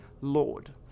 Lord